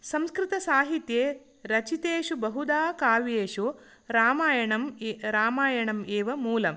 संस्कृतसाहित्ये रचितेषु बहुधा काव्येषु रामायणं रामायणम् एव मूलम्